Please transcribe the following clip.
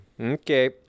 Okay